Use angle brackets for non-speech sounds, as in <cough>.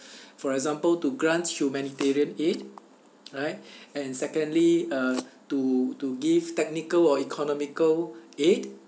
<breath> for example to grant humanitarian aid right <breath> and secondly uh to to give technical or economical aid